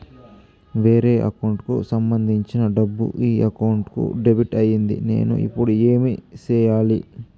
వేరే అకౌంట్ కు సంబంధించిన డబ్బు ఈ అకౌంట్ కు డెబిట్ అయింది నేను ఇప్పుడు ఏమి సేయాలి